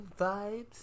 vibes